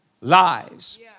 lives